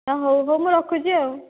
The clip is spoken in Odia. ହଁ ହଉ ହଉ ମୁଁ ରଖୁଛି ଆଉ